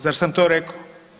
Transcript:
Zar sam to rekao?